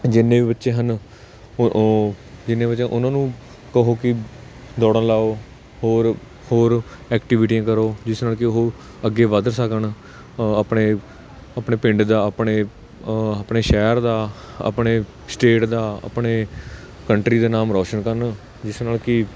ਜਿੰਨੇ ਵੀ ਬੱਚੇ ਹਨ ਉਹ ਕਿੰਨੇ ਵਜੇ ਉਹਨਾਂ ਨੂੰ ਕਹੋ ਕਿ ਦੌੜਾਂ ਲਾਓ ਹੋਰ ਹੋਰ ਐਕਟੀਵਿਟੀਆਂ ਕਰੋ ਜਿਸ ਨਾਲ ਕਿ ਉਹ ਅੱਗੇ ਵੱਧ ਸਕਣ ਆਪਣੇ ਆਪਣੇ ਪਿੰਡ ਦਾ ਆਪਣੇ ਆਪਣੇ ਸ਼ਹਿਰ ਦਾ ਆਪਣੇ ਸਟੇਟ ਦਾ ਆਪਣੇ ਕੰਟਰੀ ਦੇ ਨਾਮ ਰੌਸ਼ਨ ਕਰਨ ਜਿਸ ਨਾਲ ਕਿ